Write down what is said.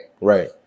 Right